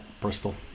Bristol